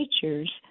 teachers